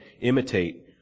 imitate